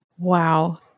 Wow